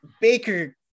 Baker